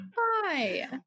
Hi